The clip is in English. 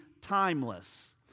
timeless